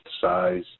size